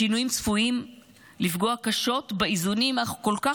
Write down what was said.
השינויים צפויים לפגוע קשות באיזונים הכל-כך